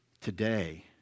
today